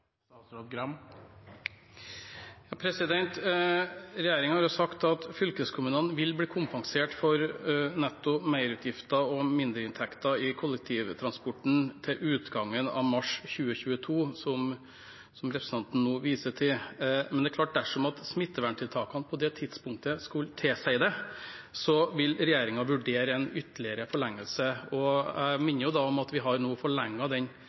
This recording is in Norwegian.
har sagt at fylkeskommunene vil bli kompensert for netto merutgifter og mindreinntekter i kollektivtransporten til utgangen av mars 2022, som representanten nå viser til. Men dersom smitteverntiltakene på det tidspunktet skulle tilsi det, vil regjeringen vurdere en ytterligere forlengelse. Jeg minner da om at vi nå har forlenget mandatet til den